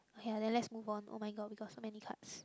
okay ya then lets move on oh-my-god we got so many cards